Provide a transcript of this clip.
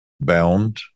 bound